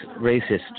racist